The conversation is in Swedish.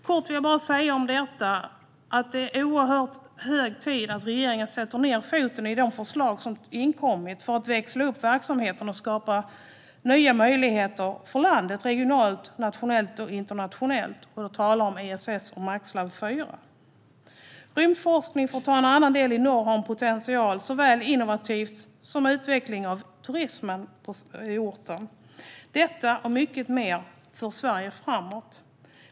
Jag vill bara kort säga att det är hög tid att regeringen sätter ned foten när det gäller de förslag som inkommit för att växla upp verksamheten och skapa nya möjligheter för landet regionalt, nationellt och internationellt. Jag talar om ESS och Max IV. Rymdforskning i norr, för att ta en annan del, har en potential såväl innovativt som när det gäller utveckling av turismen. Detta och mycket mer för Sverige framåt.